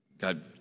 God